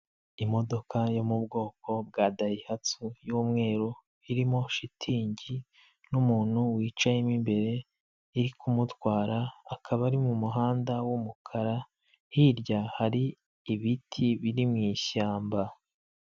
Imodoka yo mu bwoko bwa dayihasu y'umweru, irimo shitingi n'umuntu wicaye mo imbere, iri kumutwara akaba ari mu muhanda w'umukara, hirya hari ibiti biri mu ishyamba.